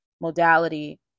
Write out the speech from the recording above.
modality